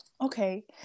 Okay